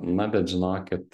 na bet žinokit